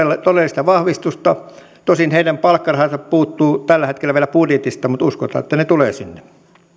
todellista vahvistusta tosin heidän palkkarahansa puuttuvat tällä hetkellä vielä budjetista mutta uskotaan että ne tulevat sinne